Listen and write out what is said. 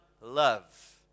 love